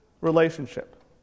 relationship